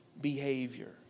behavior